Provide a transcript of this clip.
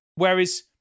Whereas